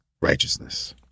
righteousness